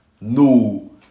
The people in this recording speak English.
no